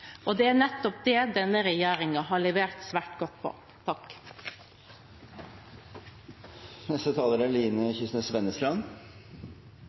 løsninger. Det er nettopp det denne regjeringen har levert svært godt på. Det er